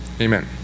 Amen